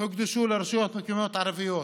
הוקצו לרשויות מקומיות ערביות.